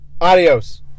Adios